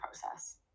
process